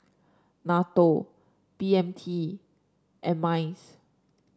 NATO B M T and Minds